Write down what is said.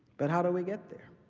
but how do we get there?